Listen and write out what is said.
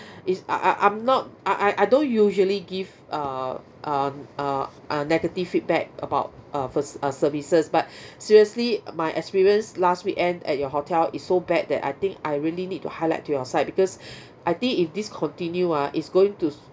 is I I I'm not I I I don't usually give uh uh uh uh negative feedback about uh faci~ uh services but seriously my experience last weekend at your hotel is so bad that I think I really need to highlight to your side because I think if this continue ah it's going to